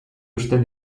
uzten